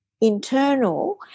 internal